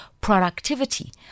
productivity